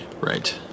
Right